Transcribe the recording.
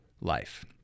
life